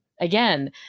again